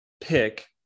pick